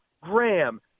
Graham